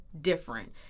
different